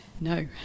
No